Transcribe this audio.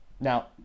now